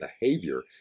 behavior